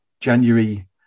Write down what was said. January